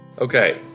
Okay